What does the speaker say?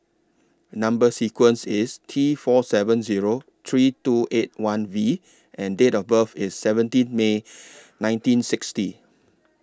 Number sequence IS T four seven Zero three two eight one V and Date of birth IS seventeen May nineteen sixty